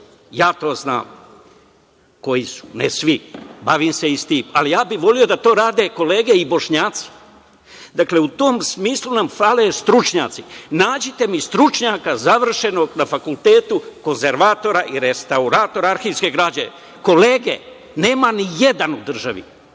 Ja to znam koji su, ne svi, bavim se i tim, ali bih voleo da to rade kolege i Bošnjaci. Dakle, u tom smislu nam fale stručnjaci. Nađite mi stručnjaka, završenog na fakultetu, konzervatora i restaruatora arhivske građe. Kolege, nema nijedan u državi.